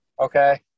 Okay